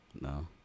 No